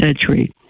century